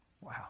Wow